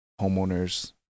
homeowners